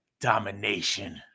domination